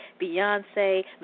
Beyonce